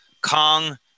Kong